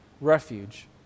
refuge